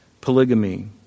polygamy